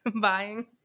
buying